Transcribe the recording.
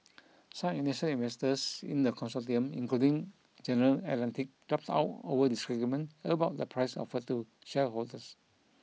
some initial investors in the consortium including General Atlantic dropped out over disagreement about the price offered to shareholders